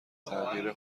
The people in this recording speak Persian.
تغییر